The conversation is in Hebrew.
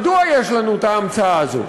מדוע יש לנו את ההמצאה הזו?